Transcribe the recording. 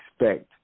expect